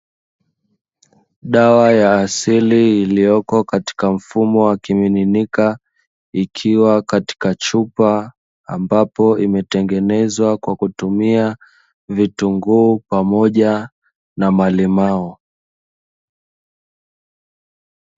Dawa ya asili iliyoko katika mfumo wa kimiminika, ikiwa katika chupa ambapo imetengenezwa kwa kutumia vitunguu pamoja na malimao.